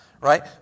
right